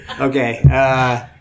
Okay